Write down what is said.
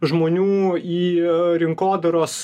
žmonių į rinkodaros